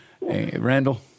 Randall